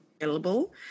available